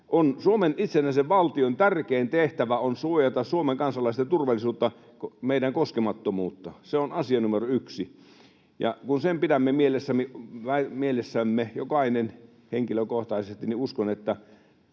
Suomen itsenäisen valtion tärkein tehtävä suojata Suomen kansalaisten turvallisuutta, meidän koskemattomuutta. Se on asia numero yksi. Ja kun sen pidämme mielessämme jokainen henkilökohtaisesti, niin uskon, että